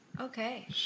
Okay